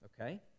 Okay